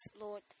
Lord